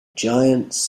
giants